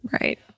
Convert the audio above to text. Right